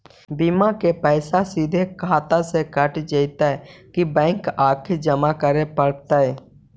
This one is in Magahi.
बिमा के पैसा सिधे खाता से कट जितै कि बैंक आके जमा करे पड़तै?